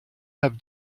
have